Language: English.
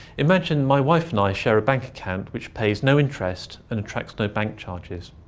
imagine my wife and i share a bank account, which pays no interest and attracts no bank charges.